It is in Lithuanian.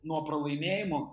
nuo pralaimėjimo